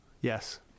Yes